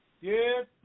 Yes